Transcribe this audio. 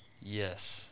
Yes